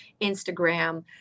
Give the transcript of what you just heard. Instagram